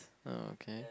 oh okay